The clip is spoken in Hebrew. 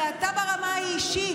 ואתה ברמה האישית,